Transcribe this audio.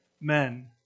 men